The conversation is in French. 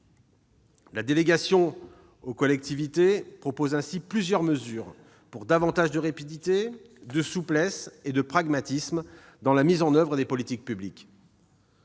la décentralisation propose ainsi plusieurs mesures pour davantage de rapidité, de souplesse et de pragmatisme dans la mise en oeuvre des politiques publiques